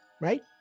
right